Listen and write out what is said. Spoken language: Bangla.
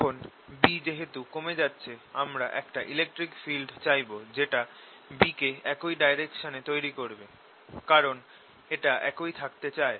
এখন B যেহেতু কমে যাচ্ছে আমরা একটা ইলেকট্রিক ফিল্ড চাইব যেটা B কে একই ডাইরেকশনে তৈরি করে কারণ এটা একই থাকতে চায়